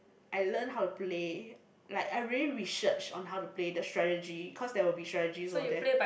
I learn how to play like I really research on how to play the strategy cause there will be strategies over there